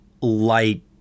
light